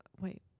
wait